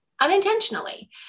unintentionally